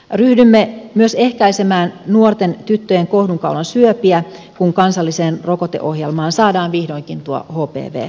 ryhdymme myös ehkäisemään nuorten tyttöjen kohdunkaulan syöpiä kun kansalliseen rokoteohjelmaan saadaan vihdoinkin tuo hpv rokote mukaan